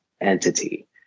entity